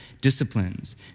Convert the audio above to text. disciplines